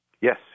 Yes